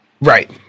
right